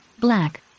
Black